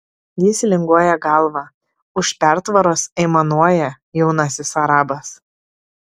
jis linguoja galva už pertvaros aimanuoja jaunasis arabas